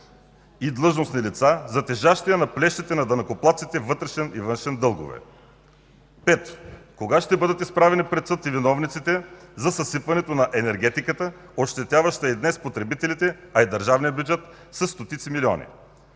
и длъжностни лица за тежащия на плещите на данъкоплатците вътрешен и външен дългове? Пето, кога ще бъдат изправени пред съд и виновниците за съсипването на енергетиката, ощетяваща и днес потребителите, а и държавния бюджет със стотици милиони?